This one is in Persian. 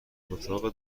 اتاق